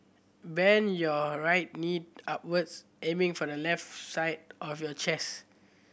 bend your right knee upwards aiming for the left side of your chest